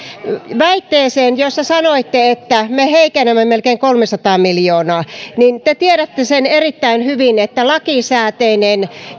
väitteeseen jossa sanoitte että me heikennämme melkein kolmesataa miljoonaa te tiedätte sen erittäin hyvin että lakisääteinen